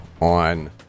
on